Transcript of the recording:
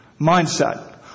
mindset